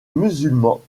musulmans